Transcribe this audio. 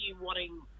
wanting